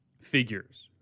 figures